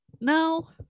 no